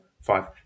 five